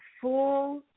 full